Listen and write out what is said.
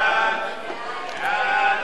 רק שנייה אחת,